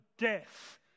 death